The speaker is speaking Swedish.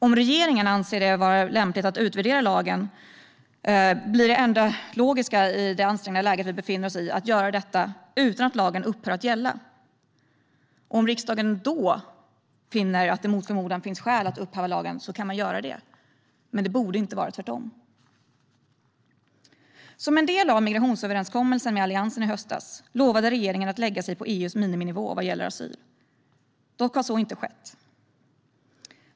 Om regeringen anser det vara lämpligt att utvärdera lagen blir det enda logiska i det ansträngda läge vi befinner oss i att göra detta utan att lagen upphör att gälla. Om riksdagen då mot förmodan finner att det finns skäl att upphäva lagen kan man göra det, men det borde det inte göra - tvärtom. Som en del av migrationsöverenskommelsen med Alliansen i höstas lovade regeringen att lägga sig på EU:s miniminivå vad gäller asyl. Dock har så inte skett.